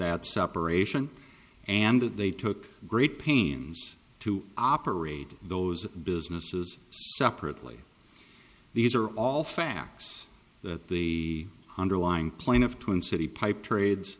that separation and that they took great pains to operate those businesses separately these are all facts that the underlying plan of twin city pipe